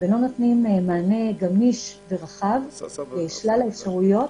ולא נותנים מענה גמיש ורחב לשלל האפשרויות